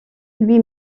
lui